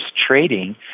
trading